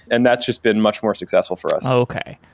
and that's just been much more successful for us okay.